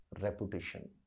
reputation